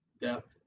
depth